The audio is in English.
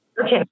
Okay